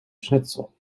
schnitzel